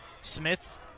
Smith